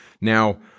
Now